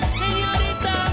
señorita